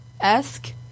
esque